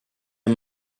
are